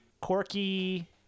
quirky